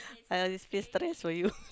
I already feels stress for you